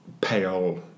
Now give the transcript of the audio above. pale